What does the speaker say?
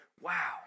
wow